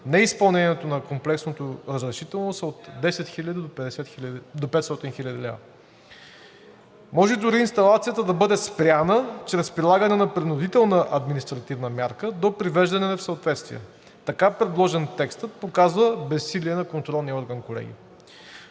неизпълнението на комплексното разрешително, са от 10 хиляди до 500 хил. лв. Може дори инсталацията да бъде спряна чрез прилагане на принудителна административна мярка до привеждане в съответствие. Така предложен, текстът показва безсилие на контролния орган, колеги.